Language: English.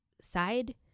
side